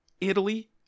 Italy